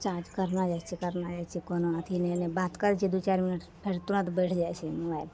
charge करने जाइ छिए करने जाइ छिए कोनो अथी नहि बात करै छिए दुइ चारि मिनट फेर तुरन्त बैठि जाइ छै मोबाइल